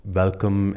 welcome